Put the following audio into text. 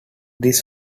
this